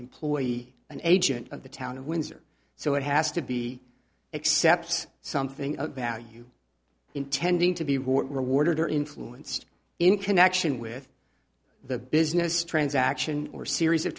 employee an agent of the town of windsor so it has to be except something of value intending to be rewarded or influenced in connection with the business transaction or series of